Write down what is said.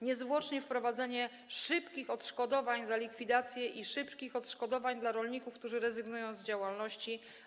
Niezwłoczne wprowadzenie szybkich odszkodowań za likwidację i szybkich odszkodowań dla rolników, którzy rezygnują z działalności.